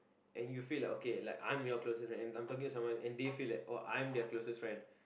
and you feel like okay like I'm your closest friend and I'm talking to someone and they feel like oh I'm their closest friend